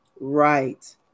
Right